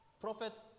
Prophet